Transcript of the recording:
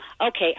Okay